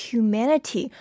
Humanity